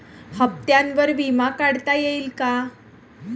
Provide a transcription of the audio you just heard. हप्त्यांवर विमा काढता येईल का?